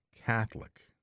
Catholic